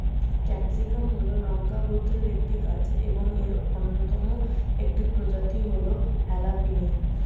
capsicum হল লঙ্কা গোত্রের একটি গাছ এবং এর অন্যতম একটি প্রজাতি হল হ্যালাপিনো